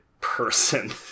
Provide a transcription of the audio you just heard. person